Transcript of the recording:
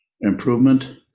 improvement